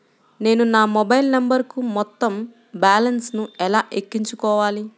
నేను నా మొబైల్ నంబరుకు మొత్తం బాలన్స్ ను ఎలా ఎక్కించుకోవాలి?